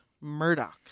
Murdoch